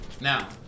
Now